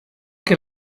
que